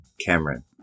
Cameron